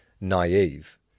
naive